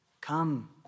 come